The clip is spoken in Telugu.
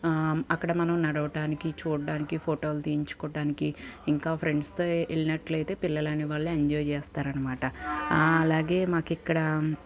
అక్కడ మనం నడవడానికి చూడటానికి ఫోటోలు తీయించుకోవడానికి ఇంకా ఫ్రెండ్స్తో వె వెళ్ళినట్లయితే పిల్లలనేవాళ్ళు ఎంజాయ్ చేస్తారనమాట అలాగే మాకు ఇక్కడ